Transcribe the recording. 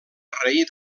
rei